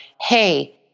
Hey